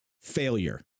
failure